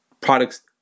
products